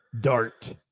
dart